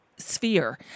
sphere